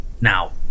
Now